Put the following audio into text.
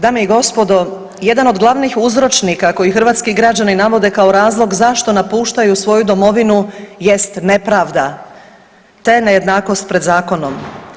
Dame i gospodo, jedan od glavnih uzročnika koji hrvatski građani navode kao razlog zašto napuštaju svoju domovinu jest nepravda te nejednakost pred zakonom.